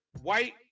white